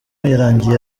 yarangiye